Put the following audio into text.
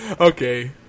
Okay